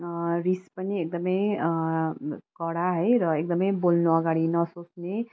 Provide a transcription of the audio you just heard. रिस रिस पनि एकदमै कडा है र एकदमै बोल्न अगाडि नसोच्ने